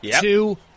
Two